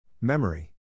memory